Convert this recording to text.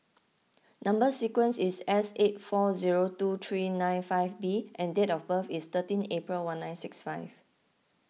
Number Sequence is S eight four zero two three nine five B and date of birth is thirteen April one nine six five